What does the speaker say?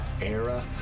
Era